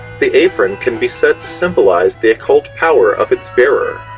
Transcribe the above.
the apron can be said to symbolize the occult power of it's bearer,